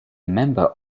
member